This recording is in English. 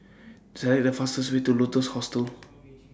Select The fastest Way to Lotus Hostel